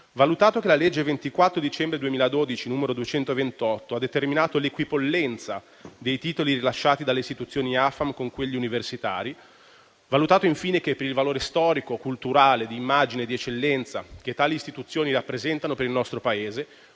Valutato che la legge 24 dicembre 2012, n. 228, ha determinato l'equipollenza dei titoli rilasciati dalle istituzioni AFAM con quelli universitari; valutato, infine, che per il valore storico, culturale, d'immagine e di eccellenza che tali istituzioni rappresentano per il nostro Paese,